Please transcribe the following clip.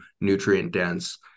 nutrient-dense